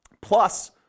plus